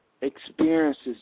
experiences